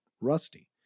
Rusty